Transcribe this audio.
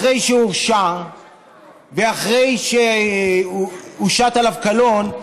אחרי שהורשע ואחרי שהושת עליו קלון,